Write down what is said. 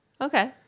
okay